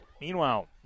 Meanwhile